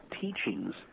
teachings